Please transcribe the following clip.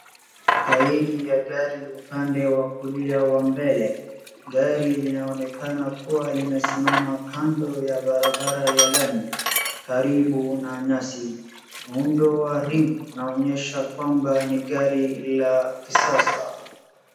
Tairi wa gari upande wa kulia wa mbele, gari linaonekana kuwa limesimama kando ya barabara ya lami, karibu na nyasi. Muundo wa rim naonyesha kwamba ni gari la kisasa.